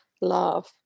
love